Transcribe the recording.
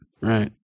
right